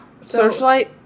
Searchlight